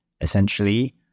essentially